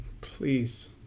Please